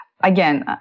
again